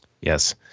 Yes